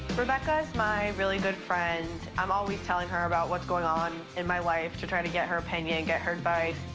rebecca's my really good friend. i'm always telling her about what's going on in my life to try to get her opinion, get her side.